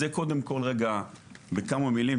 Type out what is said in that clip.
זה קודם כל רגע בכמה מילים,